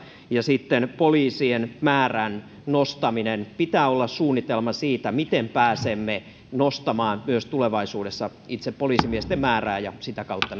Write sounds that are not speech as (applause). ja sitten poliisien määrän nostaminen pitää olla suunnitelma siitä miten pääsemme nostamaan myös tulevaisuudessa itse poliisimiesten määrää ja sitä kautta (unintelligible)